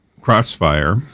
crossfire